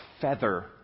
feather